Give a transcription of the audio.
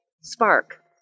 spark